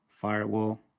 firewall